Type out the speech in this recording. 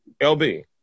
LB